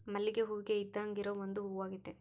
ಮಲ್ಲಿಗೆ ಹೂವಿಗೆ ಇದ್ದಾಂಗ ಇರೊ ಒಂದು ಹೂವಾಗೆತೆ